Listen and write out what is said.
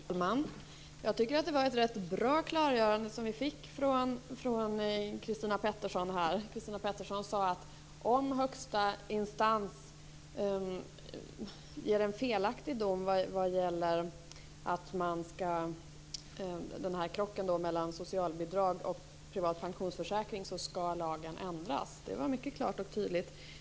Fru talman! Jag tycker att det var ett rätt bra klargörande som vi fick från Christina Pettersson här. Christina Pettersson sade att om högsta instans ger en felaktig dom vad gäller den här krocken mellan socialbidrag och privat pensionsförsäkring så skall lagen ändras. Det var mycket klart och tydligt.